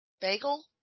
Bagel